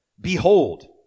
behold